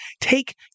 take